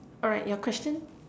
alright your question